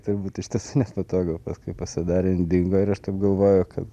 turbūt iš tiesų nepatogu paskui pasidarė dingo ir aš taip galvoju kad